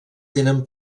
tenen